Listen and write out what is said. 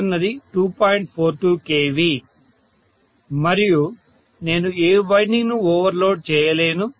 42 KV మరియు నేను ఏ వైండింగ్ను ఓవర్లోడ్ చేయలేను